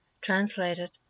Translated